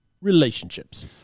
relationships